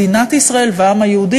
מדינת ישראל והעם היהודי,